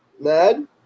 mad